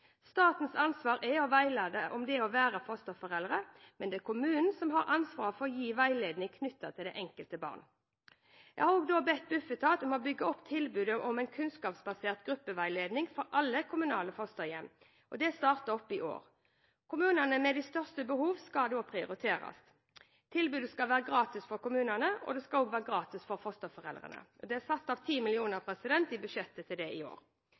Statens ansvar er å veilede om det å være fosterforeldre, men det er kommunen som har ansvaret for å gi veiledning knyttet til det enkelte barn. Jeg har nå bedt Bufetat om å bygge opp et tilbud om kunnskapsbasert gruppeveiledning for alle kommunale fosterhjem. Det starter opp i år. Kommunene med de største behovene skal prioriteres. Tilbudet skal være gratis for kommunene, og det skal også være gratis for fosterforeldrene. Det er satt av 10 mill. kr i budsjettet til det i år.